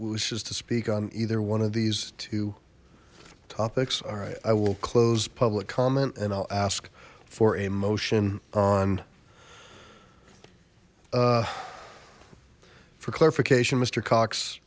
was just to speak on either one of these two topics alright i will close public comment and i'll ask for a motion on for clarification mister cox